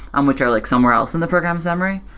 um which are like somewhere else in the program summary.